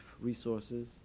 resources